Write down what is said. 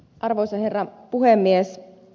arvoisa herra puhemies